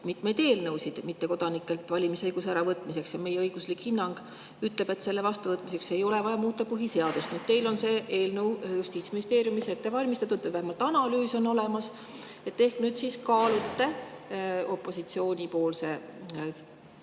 mitmeid eelnõusid mittekodanikelt valimisõiguse äravõtmiseks ja meie õiguslik hinnang ütleb, et selle vastuvõtmiseks ei ole vaja muuta põhiseadust. Nüüd teil on see eelnõu Justiitsministeeriumis ette valmistatud või vähemalt analüüs on olemas. Ehk nüüd siis kaalute opositsiooni parandusi